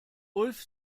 ulf